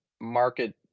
market